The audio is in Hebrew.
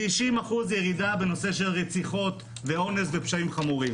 90% ירידה בנושא של רציחות, אונס ופשעים חמורים.